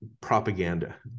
propaganda